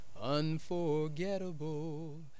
unforgettable